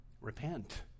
Repent